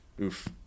Oof